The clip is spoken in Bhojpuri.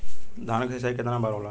धान क सिंचाई कितना बार होला?